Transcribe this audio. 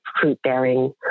fruit-bearing